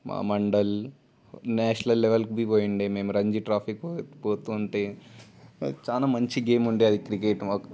మ మండల్ నేషనల్ లెవెల్కి బీ పోతూ ఉండేది మేము రంజీ ట్రోఫీకి పోయుండే చాలా మంచి గేమ్ ఉండేది అది క్రికెట్ మాకు